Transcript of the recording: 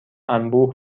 انبوه